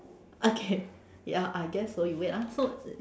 okay ya I guess so you wait ah so